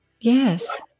Yes